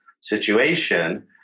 situation